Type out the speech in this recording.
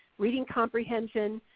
reading comprehension,